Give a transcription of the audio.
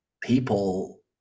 people